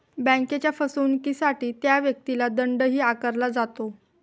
बँकेच्या फसवणुकीसाठी त्या व्यक्तीला दंडही आकारला जातो